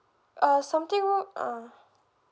uh something wrong ah